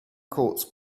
courts